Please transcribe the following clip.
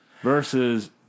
versus